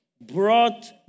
brought